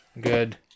good